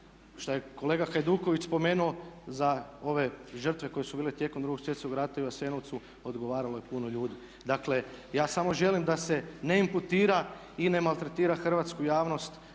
Šta je kolega Hajduković spomenuo za ove žrtve koje su bile tijekom 2.svjetskog rata i u Jasenovcu odgovaralo je puno ljudi. Dakle, ja samo želim da se ne imputira i ne maltretira hrvatsku javnost